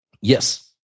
Yes